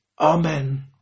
Amen